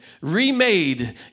remade